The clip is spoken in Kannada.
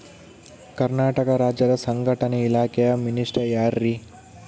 ಕರ್ನಾಟಕ ರಾಜ್ಯದ ಸಂಘಟನೆ ಇಲಾಖೆಯ ಮಿನಿಸ್ಟರ್ ಯಾರ್ರಿ?